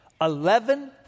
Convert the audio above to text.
Eleven